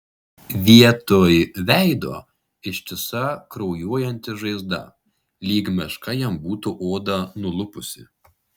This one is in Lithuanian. vietoj veido ištisa kraujuojanti žaizda lyg meška jam būtų odą nulupusi